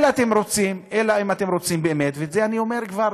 אלא אם כן אתם רוצים באמת, ואת זה אני אומר כבר